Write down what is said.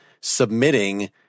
submitting